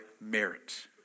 merit